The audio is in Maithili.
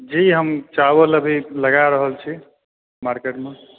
जी हम चावल लगा रहल छी मार्किटमे